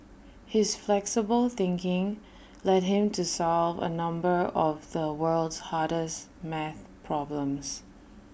his flexible thinking led him to solve A number of the world's hardest math problems